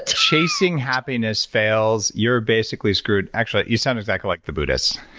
ah chasing happiness fails, you're basically screwed. actually, you sound exactly like the buddhists,